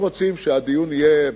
אם רוצים שהדיון יהיה רציני,